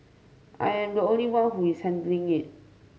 I am the only one who is handling it